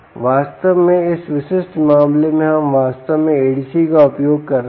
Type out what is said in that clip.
वास्तव में इस विशिष्ट मामले में हम वास्तव में एडीसी का उपयोग कर रहे हैं